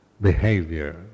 behavior